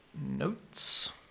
notes